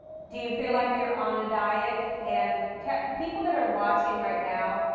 do you feel like you're on a diet? and people that are watching right now,